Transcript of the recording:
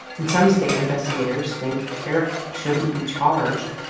and some state investigators think kerrick shouldn't be charged.